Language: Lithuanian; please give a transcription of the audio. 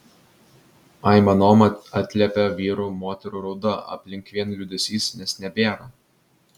aimanom atliepia vyrų moterų rauda aplink vien liūdesys nes nebėra